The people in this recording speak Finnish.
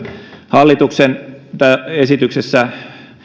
hallituksen esityksessä